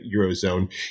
eurozone